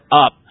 up